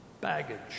baggage